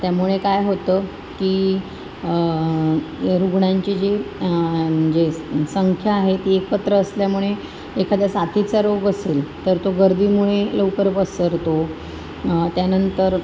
त्यामुळे काय होतं की रुग्णांची जी म्हणजे संख्या आहे ती एकत्र असल्यामुळे एखादा साथीचा रोग असेल तर तो गर्दीमुळे लवकर पसरतो त्यानंतर